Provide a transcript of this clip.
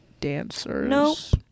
dancers